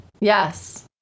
Yes